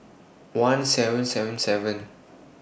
one seven seven seven